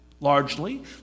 largely